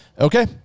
Okay